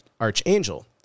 Archangel